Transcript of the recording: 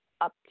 up